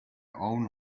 own